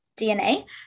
DNA